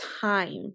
time